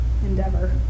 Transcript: endeavor